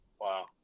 Wow